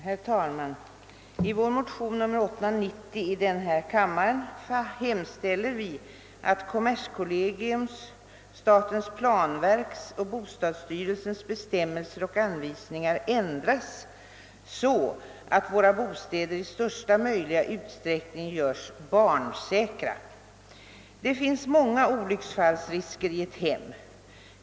Herr talman! I motion II: 890 hemställer vi att kommerskollegiets, statens planverks och bostadsstyrelsens bestämmelser och anvisningar ändras så, »att våra bostäder i största möjliga utsträckning göres barnsäkra». Det finns många olycksfallsrisker i ett hem.